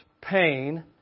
pain